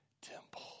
temple